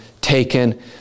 taken